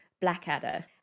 Blackadder